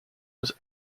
was